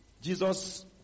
Jesus